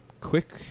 quick